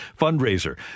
fundraiser